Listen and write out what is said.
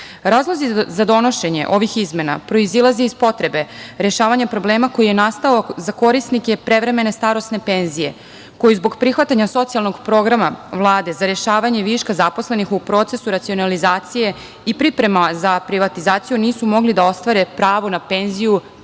Razlozi za donošenje ovih izmena proizilaze iz potrebe rešavanja problema koji je nastao za korisnike prevremene starosne penzije koji zbog prihvatanja socijalnog programa Vlade za rešavanje viška zaposlenih u procesu racionalizacije i priprema za privatizaciju nisu mogli da ostvare pravo na penziju